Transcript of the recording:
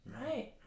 Right